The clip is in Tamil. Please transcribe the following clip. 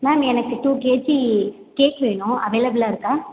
மேம் எனக்கு டூ கேஜி கேக் வேணும் அவைளப்ளாக இருக்கா